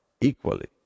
equally